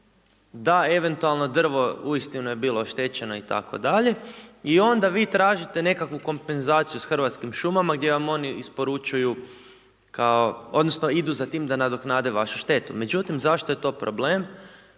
da eventualno drvo u istinu je bilo oštećeno itd. i onda vi tražite nekakvu kompenzaciju sa Hrvatskim šumama gdje vam oni isporučuju odnosno idu za tim da nadoknade vašu štetu. Međutim zašto je to problem?